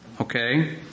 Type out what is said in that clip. Okay